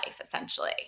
essentially